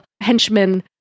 henchmen